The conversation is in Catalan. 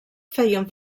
feien